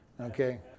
okay